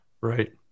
right